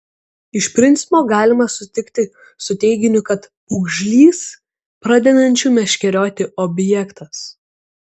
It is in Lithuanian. iš principo galima sutikti su teiginiu kad pūgžlys pradedančių meškerioti objektas